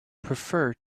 prefer